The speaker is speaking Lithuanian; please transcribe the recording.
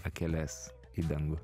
akeles į dangų